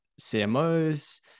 CMOs